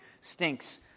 stinks